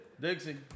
Dixie